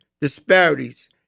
disparities